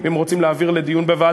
מציע לכם להפסיק את הלשון הזאת,